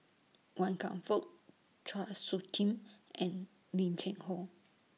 Wan Kam Fook Chua Soo Khim and Lim Cheng Hoe